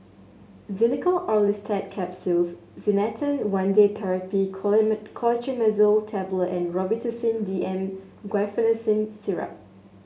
Xenical Orlistat Capsules Canesten One Day Therapy Clotrimazole Tablet and Robitussin D M Guaiphenesin Syrup